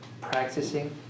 practicing